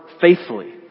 faithfully